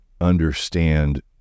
understand